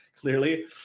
clearly